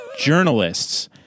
Journalists